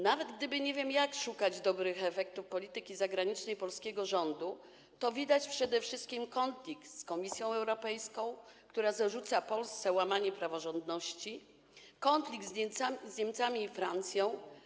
Nawet gdyby nie wiem jak szukać dobrych efektów polityki zagranicznej polskiego rządu, to widać przede wszystkim konflikt z Komisją Europejską, która zarzuca Polsce łamanie praworządności, konflikt z Niemcami i Francją.